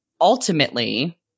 ultimately